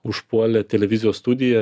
užpuolė televizijos studiją